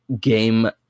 game